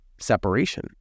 separation